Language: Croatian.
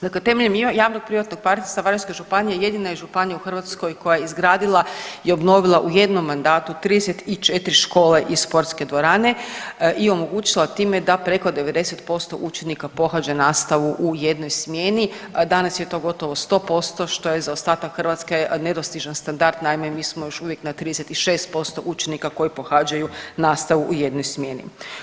Dakle temeljem javnog privatnog partnerstva, Varaždinska županija jedina je županija u Hrvatskoj koja je izgradila i obnovila u jednom mandatu 34 škole i sportske dvorane i omogućila time da preko 90% učenika pohađa nastavu u jednoj smjeni, danas je to gotovo 100%, što je za ostatak Hrvatske nedostižan standard, naime, mi smo još uvijek na 36% učenika koji pohađaju nastavu u jednoj smjeni.